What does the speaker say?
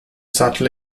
sattel